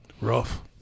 rough